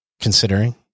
considering